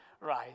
Right